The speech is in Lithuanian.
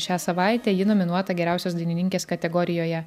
šią savaitę ji nominuota geriausios dainininkės kategorijoje